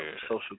social